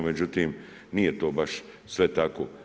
Međutim, nije to baš sve tako.